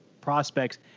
prospects